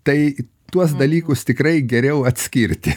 tai tuos dalykus tikrai geriau atskirti